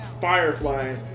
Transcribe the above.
Firefly